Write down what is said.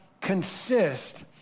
consist